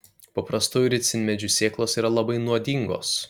paprastųjų ricinmedžių sėklos yra labai nuodingos